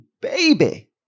baby